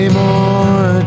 more